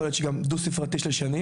יכול להיות מספר דו ספרתי של שנים,